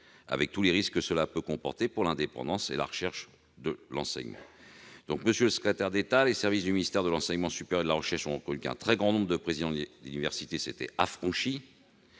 avec tous les risques que cela peut comporter pour l'indépendance de la recherche et de l'enseignement- d'ailleurs, monsieur le secrétaire d'État, les services du ministère de l'enseignement supérieur et de la recherche ont reconnu qu'un très grand nombre de présidents d'université s'étaient affranchis.